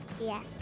yes